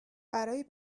برای